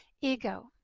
ego